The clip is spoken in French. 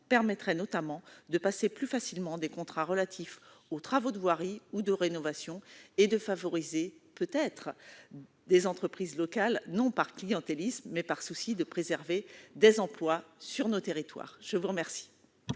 permettrait notamment de passer plus facilement des contrats relatifs aux travaux de voirie ou de rénovation et de favoriser, peut-être, des entreprises locales, non par clientélisme mais par souci de préserver des emplois sur nos territoires. La parole